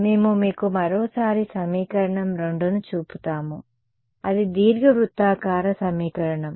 మేము మీకు మరోసారి సమీకరణం 2 ని చూపుతాము అది దీర్ఘవృత్తాకార సమీకరణం